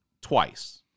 twice